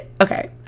okay